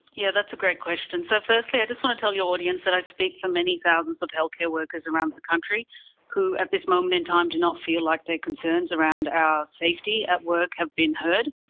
yeah that's a great question. so firstly, i just want to tell your audience that i speak for many thousands of healthcare workers around the country who at this moment in time do not feel like their concerns around our safety at work have been heard.